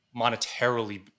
monetarily